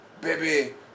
baby